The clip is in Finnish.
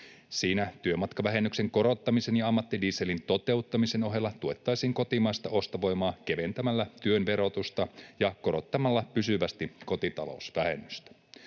Siinä työmatkavähennyksen korottamisen ja ammattidieselin toteuttamisen ohella tuettaisiin kotimaista ostovoimaa keventämällä työn verotusta ja korottamalla pysyvästi kotita-lousvähennystä.